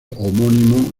homónimo